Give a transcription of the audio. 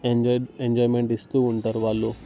enjoy enjoyment ఇస్తూ ఉంటారు వాళ్ళు